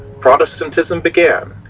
protestantism began,